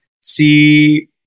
see